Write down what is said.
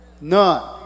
None